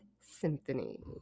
symphony